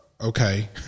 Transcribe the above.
okay